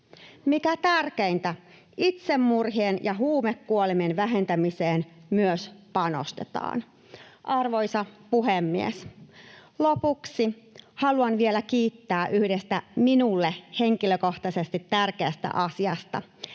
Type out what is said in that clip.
Mikä tärkeintä, myös itsemurhien ja huumekuolemien vähentämiseen panostetaan. Arvoisa puhemies! Lopuksi haluan vielä kiittää yhdestä minulle henkilökohtaisesti tärkeästä asiasta.